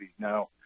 now